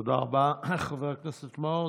תודה רבה, חבר הכנסת מעוז.